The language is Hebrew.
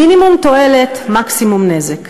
מינימום תועלת, מקסימום נזק.